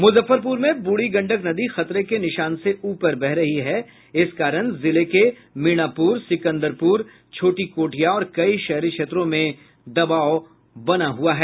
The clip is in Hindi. मुजफ्फरपुर में बूढ़ी गंडक नदी खतरे के निशान से ऊपर बह रही है जिस कारण जिले के मीनापुर सिकंदपुर छोटी कोठिया और कई शहरी क्षेत्रों पर दबाव बना हुआ है